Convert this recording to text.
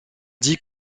dit